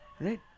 Right